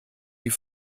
die